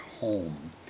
home